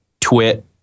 twit